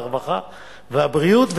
הרווחה והבריאות,